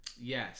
yes